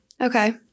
okay